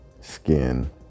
skin